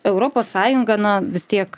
europos sąjunga na vis tiek